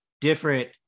different